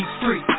free